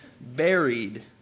buried